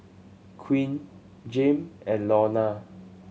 Quinn Jame and Launa